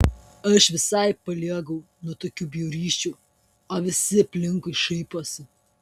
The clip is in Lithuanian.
aš visai paliegau nuo tokių bjaurysčių o visi aplinkui šaiposi